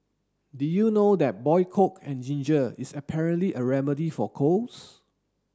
did you know that boil coke and ginger is apparently a remedy for colds